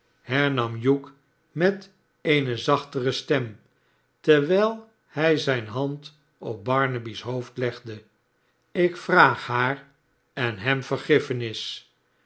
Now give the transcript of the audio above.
hernam hugh met eene zachtere stem terwijl hij zijne hand op barnaby's hoofd legde ik vraag haar en hem vergiffenis